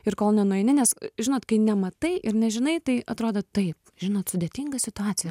ir kol nenueini nes žinot kai nematai ir nežinai tai atrodo tai žinot sudėtinga situacija